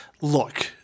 Look